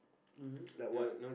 um like what